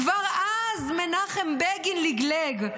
כבר אז מנחם בגין לגלג.